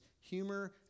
humor